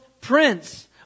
prince